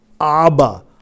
Abba